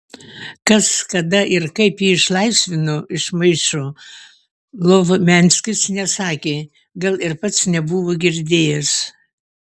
kas kada ir kaip jį išlaisvino iš maišo lovmianskis nesakė gal ir pats nebuvo girdėjęs